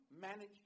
manage